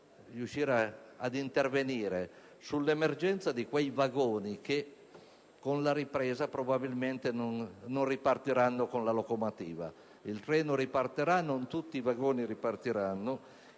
ripresa, a intervenire sull'emergenza di quei vagoni che con la ripresa probabilmente non ripartiranno con la locomotiva: il treno ripartirà, ma non tutti i vagoni ripartiranno.